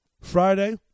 Friday